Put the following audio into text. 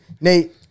Nate